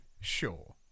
sure